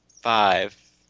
five